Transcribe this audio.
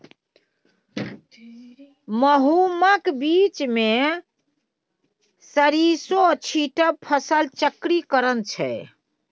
गहुमक बीचमे सरिसों छीटब फसल चक्रीकरण छै